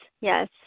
yes